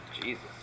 Jesus